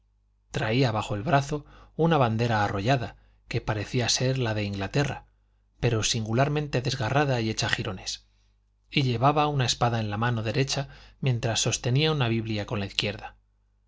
traía bajo el brazo una bandera arrollada que parecía ser la de inglaterra pero singularmente desgarrada y hecha jirones y llevaba una espada en la mano derecha mientras sostenía una biblia con la izquierda